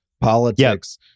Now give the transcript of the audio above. politics